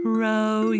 row